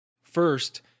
First